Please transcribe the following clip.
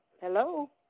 Hello